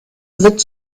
wird